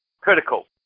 critical